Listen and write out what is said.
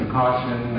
caution